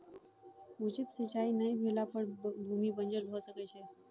उचित सिचाई नै भेला पर भूमि बंजर भअ सकै छै